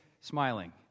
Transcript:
smiling